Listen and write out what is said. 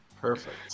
Perfect